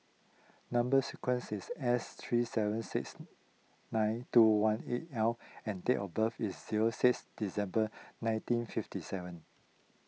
Number Sequence is S three seven six nine two one eight L and date of birth is zero six December nineteen fifty seven